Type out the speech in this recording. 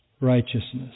righteousness